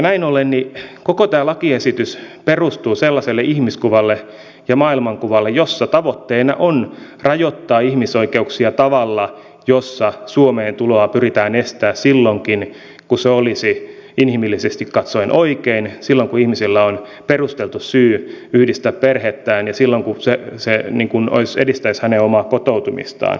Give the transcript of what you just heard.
näin ollen koko tämä lakiesitys perustuu sellaiselle ihmiskuvalle ja maailmankuvalle jossa tavoitteena on rajoittaa ihmisoikeuksia tavalla jossa suomeen tuloa pyritään estämään silloinkin kun se olisi inhimillisesti katsoen oikein silloin kun ihmisillä on perusteltu syy yhdistää perhettään ja silloin kun se edistäisi hänen omaa kotoutumistaan